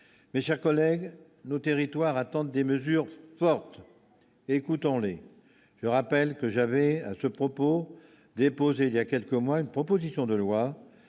mais, chers collègues, le territoire attendent des mesures fortes, écoutons-les, je rappelle que j'avais à ce propos, déposée il y a quelques mois, une proposition de loi